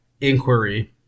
inquiry